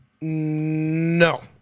No